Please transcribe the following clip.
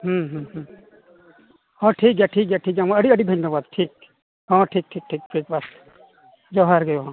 ᱦᱮᱸ ᱦᱮᱸ ᱦᱚᱸ ᱴᱷᱤᱠ ᱜᱮᱭᱟ ᱴᱷᱤᱠ ᱜᱮᱭᱟ ᱴᱷᱤᱠ ᱜᱮᱭᱟ ᱢᱟ ᱟᱹᱰᱤ ᱟᱹᱰᱤ ᱫᱷᱚᱱᱱᱚᱵᱟᱫᱽ ᱴᱷᱤᱠ ᱦᱚᱸ ᱴᱷᱤᱠ ᱴᱷᱤᱠ ᱴᱷᱤᱠ ᱴᱷᱤᱠ ᱵᱟᱥ ᱡᱚᱦᱟᱨᱜᱮ ᱦᱚᱸ